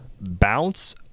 Bounce